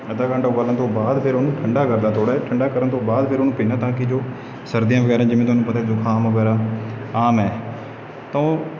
ਅੱਧਾ ਘੰਟਾ ਉਬਾਲਣ ਤੋਂ ਬਾਅਦ ਫਿਰ ਉਹਨੂੰ ਠੰਡਾ ਕਰਦਾ ਥੋੜ੍ਹਾ ਜਿਹਾ ਠੰਡਾ ਕਰਨ ਤੋਂ ਬਾਅਦ ਫਿਰ ਉਹਨੂੰ ਪੀਂਦਾ ਤਾਂ ਕਿ ਜੋ ਸਰਦੀਆਂ ਵਗੈਰਾ ਜਿਵੇਂ ਤੁਹਾਨੂੰ ਪਤਾ ਜ਼ੁਕਾਮ ਵਗੈਰਾ ਆਮ ਹੈ